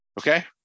Okay